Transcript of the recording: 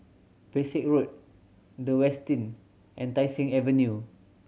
Pesek Road The Westin and Tai Seng Avenue